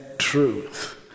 truth